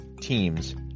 teams